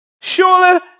surely